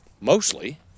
mostly